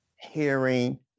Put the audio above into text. hearing